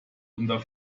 unter